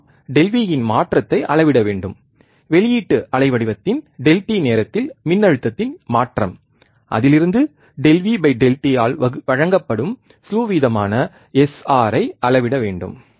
நாம் ΔV இன் மாற்றத்தை அளவிட வேண்டும் வெளியீட்டு அலைவடிவத்தின் Δt நேரத்தில் மின்னழுத்தத்தின் மாற்றம் அதிலிருந்து ΔVΔt ஆல் வழங்கப்படும் ஸ்லூ வீதமான SR ஐ அளவிட முடியும்